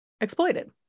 exploited